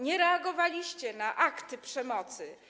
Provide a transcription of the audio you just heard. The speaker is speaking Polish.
Nie reagowaliście na akty przemocy.